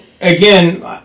again